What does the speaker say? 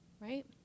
Right